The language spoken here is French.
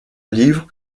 livres